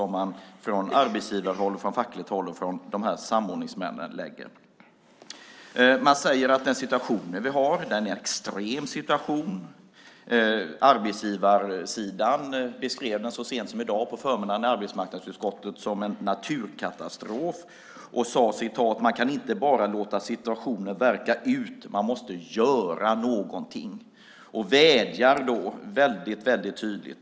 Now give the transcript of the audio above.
Man sade att situationen är extrem. Arbetsgivarsidan beskrev den så sent som på förmiddagen i dag i arbetsmarknadsutskottet som en naturkatastrof och sade att man inte bara kan låta situationen verka ut; man måste göra något.